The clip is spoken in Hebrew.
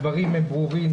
הדברים ברורים.